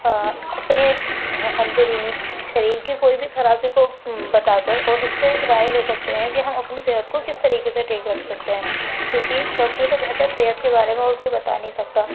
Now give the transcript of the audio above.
اپنے اندرونی شریر کی کوئی بھی خرابی کو بتا کر اور اس سے رائے لے سکتے ہیں کہ ہم اپنی صحت کو کس طریقے سے ٹھیک رکھ سکتے ہیں کیونکہ ڈاکٹر سے بہتر صحت کے بارے میں اور کوئی بتا نہیں سکتا